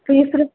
free free